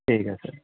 ঠিক আছে